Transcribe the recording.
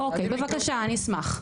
אוקיי, בבקשה אני אשמח.